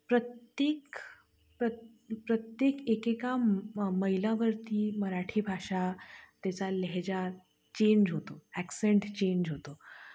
प्रत्येक प्र प्रत्येक एकेका म मैलावरती मराठी भाषा त्याचा लेहजा चेंज होतो ॲक्सेंट चेंज होतो